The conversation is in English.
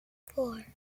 four